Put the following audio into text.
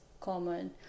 common